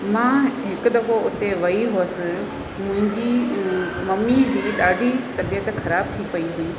मां हिकु दफ़ो हुते वेई हुअसि मुंहिंजी मम्मी जी ॾाढी तबियत ख़राबु थी पेई हुई